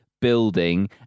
building